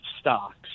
stocks